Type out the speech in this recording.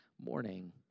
Morning